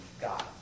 God